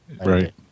Right